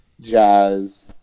jazz